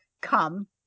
come